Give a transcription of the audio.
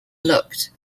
looked